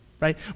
right